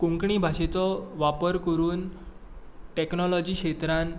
कोंकणी भाशेचो वापर करून टेक्नोलाॅजी क्षेत्रांत